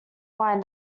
wine